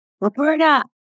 Roberta